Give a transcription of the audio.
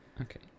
Okay